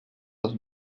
los